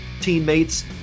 teammates